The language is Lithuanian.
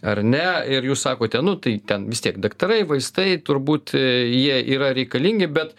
ar ne ir jūs sakote nu tai ten vis tiek daktarai vaistai turbūt jie yra reikalingi bet